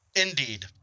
Indeed